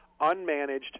Unmanaged